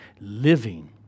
living